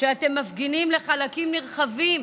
שאתם מפגינים לחלקים נכבדים